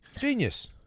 Genius